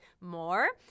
More